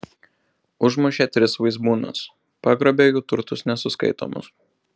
užmušė tris vaizbūnus pagrobė jų turtus nesuskaitomus